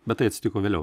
bet tai atsitiko vėliau